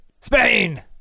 Spain